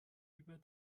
über